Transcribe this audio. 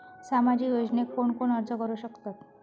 सामाजिक योजनेक कोण कोण अर्ज करू शकतत?